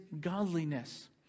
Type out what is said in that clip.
godliness